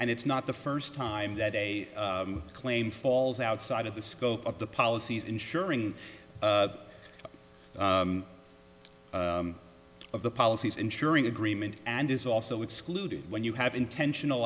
and it's not the first time that a claim falls outside of the scope of the policies insuring of the policies insuring agreement and is also excluded when you have intentional